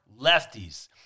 lefties